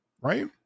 Right